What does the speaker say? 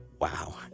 Wow